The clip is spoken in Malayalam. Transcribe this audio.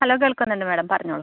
ഹലോ കേൾക്കുന്നുണ്ട് മാഡം പറഞ്ഞോളൂ